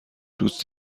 دوست